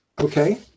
okay